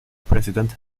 president